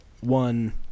one